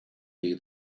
day